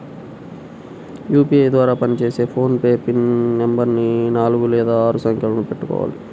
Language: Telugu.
యూపీఐ ద్వారా పనిచేసే ఫోన్ పే పిన్ నెంబరుని నాలుగు లేదా ఆరు సంఖ్యలను పెట్టుకోవాలి